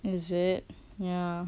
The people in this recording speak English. is it ya